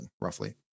roughly